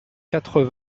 quatre